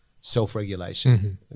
self-regulation